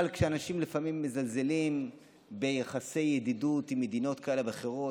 אבל כשאנשים לפעמים מזלזלים ביחסי ידידות עם מדינות כאלה ואחרות,